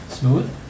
Smooth